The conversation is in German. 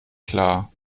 klar